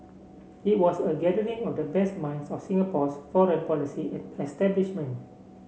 it was a gathering of the best minds of Singapore's foreign policy establishment